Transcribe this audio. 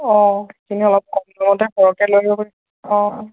অঁ সখিনি অলপ কম সৰকৈ লৈ আহিব পাৰিম অঁ